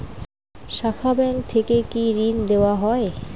শাখা ব্যাংক থেকে কি ঋণ দেওয়া হয়?